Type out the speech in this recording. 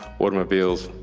automobiles,